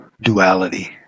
duality